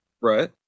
Right